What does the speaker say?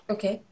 Okay